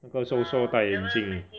那个瘦瘦戴眼镜